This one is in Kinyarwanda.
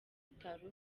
utari